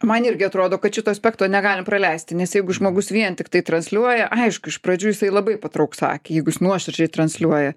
man irgi atrodo kad šito aspekto negalim praleisti nes jeigu žmogus vien tiktai transliuoja aišku iš pradžių jisai labai patrauks akį jeigu jis nuoširdžiai transliuoja